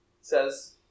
says